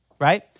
right